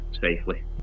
safely